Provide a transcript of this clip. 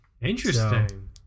Interesting